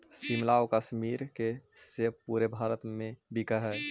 शिमला आउ कश्मीर के सेब पूरे भारत में बिकऽ हइ